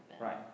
Right